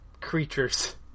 creatures